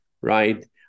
right